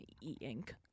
e-ink